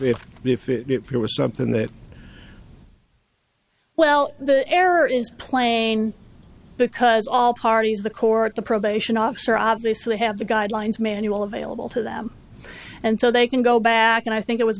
klein if it be if it was something that well the air is plain because all parties the court the probation officer obviously have the guidelines manual available to them and so they can go back and i think it was